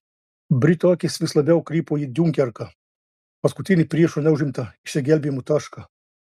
britų akys vis labiau krypo į diunkerką paskutinį priešų neužimtą išsigelbėjimo tašką